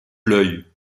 l’œil